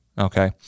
Okay